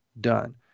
done